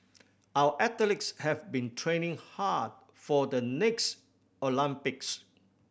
our athletes have been training hard for the next Olympics